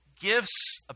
gifts